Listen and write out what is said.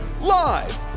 Live